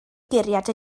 guriad